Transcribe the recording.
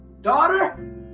Daughter